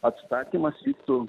atstatymas vyktų